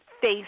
face